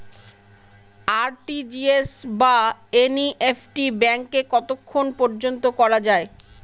RTGS বা NEFT ব্যাংকে কতক্ষণ পর্যন্ত করা যায়?